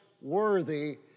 worthy